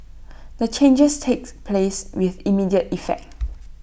the changes takes place with immediate effect